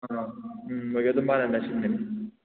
ꯑꯥ ꯎꯝ ꯍꯣꯏ ꯑꯗꯨꯝ ꯃꯥꯟꯅꯅ ꯁꯤꯟꯒꯅꯤ